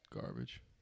garbage